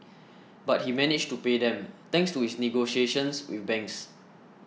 but he managed to pay them thanks to his negotiations with banks